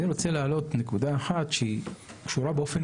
אני רוצה להעלות נקודה אחת שקשורה באופן